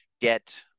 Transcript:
get